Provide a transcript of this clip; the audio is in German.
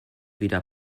wieder